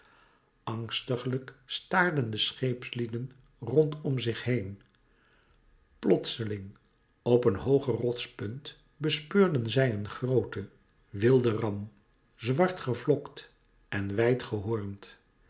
angstiglijk staarden de scheepslieden rondom zich heen plotseling op een hooge rotspunt bespeurden zij een grooten wilden ram zwart gevlokt en wijd